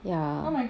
ya